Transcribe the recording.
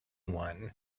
one